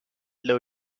low